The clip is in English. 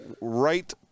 right